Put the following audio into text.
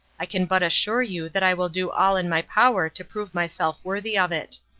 i can but assure you that i will do all in my power to prove myself worthy of it.